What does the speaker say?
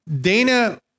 Dana